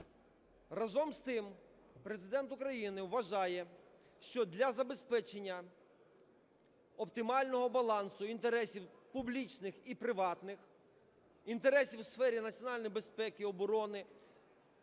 Разом з тим, Президент України вважає, що для забезпечення оптимального балансу інтересів публічних і приватних, інтересів у сфері національної безпеки і оборони,